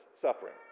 suffering